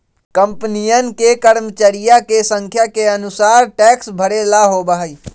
कंपनियन के कर्मचरिया के संख्या के अनुसार टैक्स भरे ला होबा हई